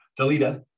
Delita